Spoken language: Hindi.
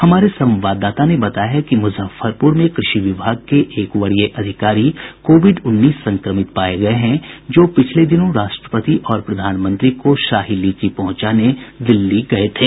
हमारे संवाददाता ने बताया है कि मुजफ्फरपुर में कृषि विभाग के एक वरीय अधिकारी कोविड उन्नीस संक्रमित पाये गये हैं जो पिछले दिनों राष्ट्रपति और प्रधानमंत्री को शाही लीची पहुंचाने दिल्ली गये थे